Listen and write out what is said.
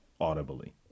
audibly